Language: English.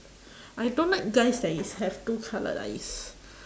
I don't like guys that is have two coloured eyes